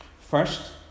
First